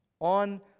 on